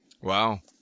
Wow